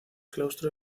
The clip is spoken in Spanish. claustro